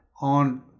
on